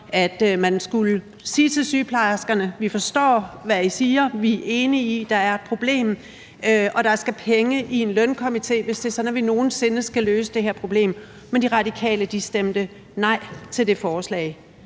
at man skulle sige til sygeplejerskerne: Vi forstår, hvad I siger, vi er enige i, at der er et problem, og der skal penge i en lønkomité, hvis det er sådan, at vi nogen sinde skal løse det her. Men De Radikale stemte nej til det forslag.